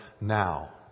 now